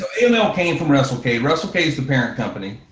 so aml came from russell cade, russell cade, is the parent company.